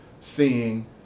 seeing